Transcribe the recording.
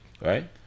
right